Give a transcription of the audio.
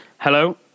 Hello